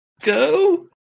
go